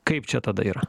kaip čia tada yra